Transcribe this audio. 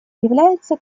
является